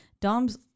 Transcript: Dom's